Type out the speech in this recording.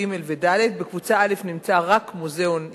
ג' וד': בקבוצה א' נמצא רק מוזיאון ישראל,